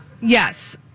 yes